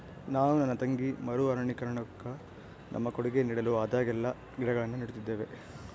ನಾನು ನನ್ನ ತಂಗಿ ಮರು ಅರಣ್ಯೀಕರಣುಕ್ಕ ನಮ್ಮ ಕೊಡುಗೆ ನೀಡಲು ಆದಾಗೆಲ್ಲ ಗಿಡಗಳನ್ನು ನೀಡುತ್ತಿದ್ದೇವೆ